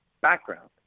background